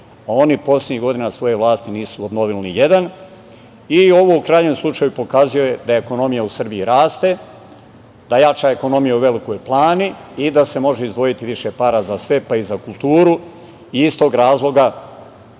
a oni poslednjih godina svoje vlasti nisu obnovili ni jedan. Ovo u krajnjem slučaju pokazuje da ekonomija u Srbiji raste, da jača ekonomija u Velikoj Plani i da se može izdvojiti više para za sve, pa i za kulturu. Iz tog razloga,